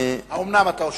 אתה שואל.